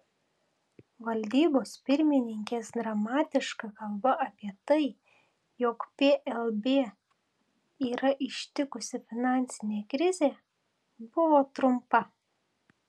valdybos pirmininkės dramatiška kalba apie tai jog plb yra ištikusi finansinė krizė buvo trumpa